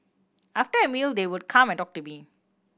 after a meal they would come and talk to me